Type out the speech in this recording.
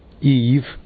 Eve